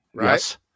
Yes